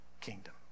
kingdom